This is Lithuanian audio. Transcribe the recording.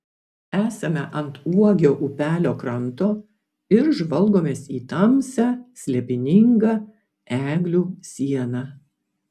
esame ant uogio upelio kranto ir žvalgomės į tamsią slėpiningą eglių sieną